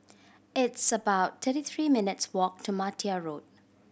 it's about thirty three minutes' walk to Martia Road